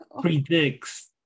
Predicts